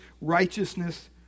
righteousness